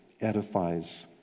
edifies